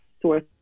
source